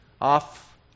off